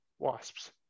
wasps